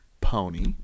pony